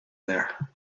there